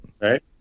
Right